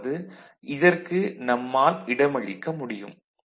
அதாவது இதற்கு நம்மால் இடமளிக்க முடியும்